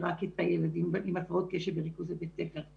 הילדים עם הפרעות קשב וריכוז לבית הספר,